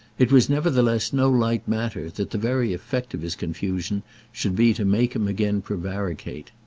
it was nevertheless no light matter that the very effect of his confusion should be to make him again prevaricate.